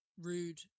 Rude